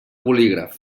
bolígraf